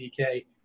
DK